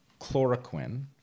chloroquine